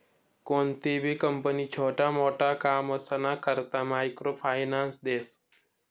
कोणतीबी कंपनी छोटा मोटा कामसना करता मायक्रो फायनान्स देस